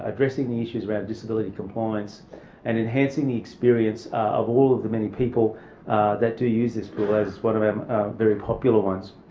addressing the issues around disability compliance and enhancing the experience of all of the many people that do use this pool as one of our um very popular ones.